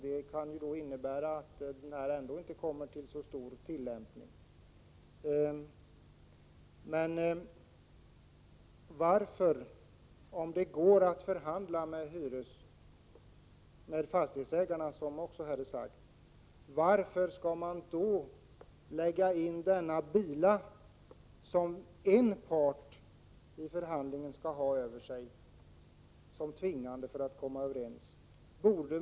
Det kan innebära att lagen inte kommer att tillämpas särskilt mycket. Om det går att förhandla med fastighetsägarna, som det också har sagts här, varför skall man då använda denna bila, som en part i förhandlingen skall ha över sig som tvingande, för att man skall komma överens i en förhandling?